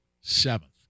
seventh